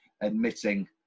admitting